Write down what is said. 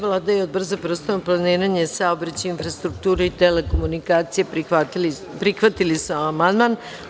Vlada i Odbor za prostorno planiranje, saobraćaj, infrastrukturi i telekomunikacije prihvatili su amandman.